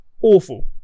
Awful